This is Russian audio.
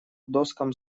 доскам